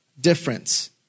difference